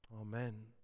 Amen